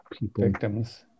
victims